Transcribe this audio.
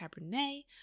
Cabernet